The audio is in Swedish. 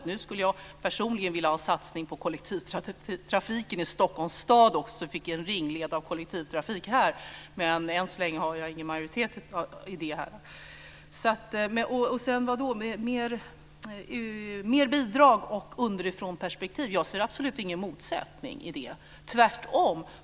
Personligen skulle jag också vilja ha en satsning på kollektivtrafiken i Stockholms stad, så att vi fick en ringled av kollektivtrafik här, men än så länge har jag ingen majoritet i det ärendet. Jag ser absolut ingen motsättning mellan mer bidrag och underifrånperspektiv - tvärtom.